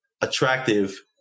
attractive